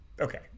Okay